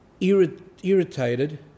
irritated